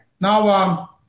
Now